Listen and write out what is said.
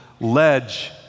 ledge